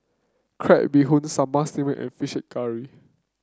Crab Bee Hoon Sambal Stingray and fish curry